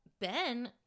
Ben